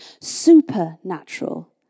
supernatural